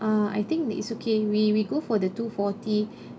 ah I think it's okay we we go for the two forty